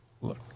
look